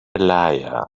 elijah